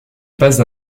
passe